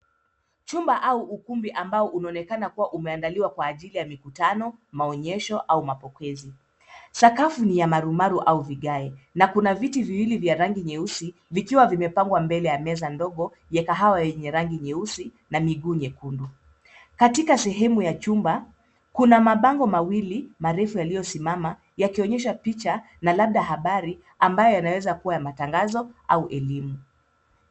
Chumba au ukumbi ambao unaonekana kuwa umeandaliwa kwa ajili ya mkutano, Maonyesho au mapokezi. Sakafu ni ya marumaru au vigae na kuna viti viwili vya rangi nyeusi vikiwa vimepangwa mbele ya meza ndogo ya kahawa yenye rangi nyeusi na miguu nyekundu. Katika sehemu ya chumba kuna mabango mawili marefu yaliyosimama yakionyesha picha na labda habari ambayo yanaweza kuwa ya matangazo au elimu.